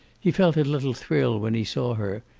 he felt a little thrill when he saw her,